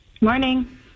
Morning